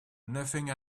nothing